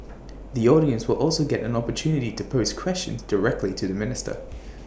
the audience will also get an opportunity to pose questions directly to the minister